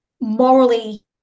morally